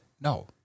No